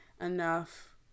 enough